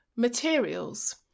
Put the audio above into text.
materials